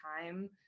time